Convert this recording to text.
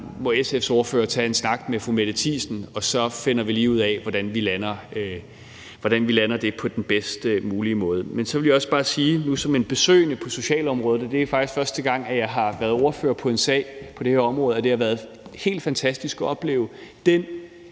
det her spørgsmål tager en snak med fru Mette Thiesen, og så finder vi lige ud af, hvordan vi lander det på den bedst mulige måde. Så vil jeg også bare lige sige som en besøgende på socialområdet – det er faktisk første gang, at jeg har været ordfører på en sag på det her område – at det har været helt fantastisk at opleve den